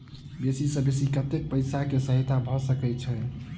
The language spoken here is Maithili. बेसी सऽ बेसी कतै पैसा केँ सहायता भऽ सकय छै?